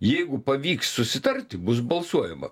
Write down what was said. jeigu pavyks susitarti bus balsuojama